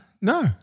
No